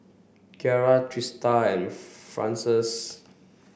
Ciarra Trista and Frances